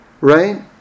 Right